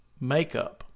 makeup